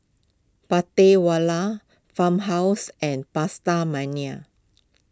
Prata Wala Farmhouse and PastaMania